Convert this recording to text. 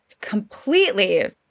completely